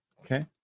Okay